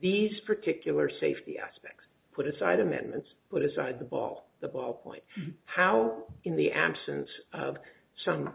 these particular safety aspects put aside amendments put aside the ball the ball point how in the absence of some